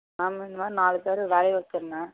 நான் இந்தமாதிரி நாலு பேரை வேலைக்கு வைச்சிருந்தேன்